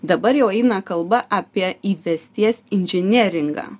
dabar jau eina kalba apie įvesties inžinieringą